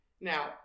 Now